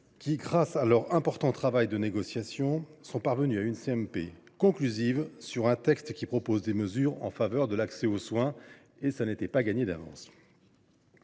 Grâce à leur important travail de négociation, ils sont parvenus à un accord sur un texte qui propose des mesures en faveur de l’accès aux soins. Ce n’était pas gagné d’avance.